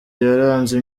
yaranze